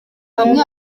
hamwe